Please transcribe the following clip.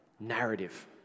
narrative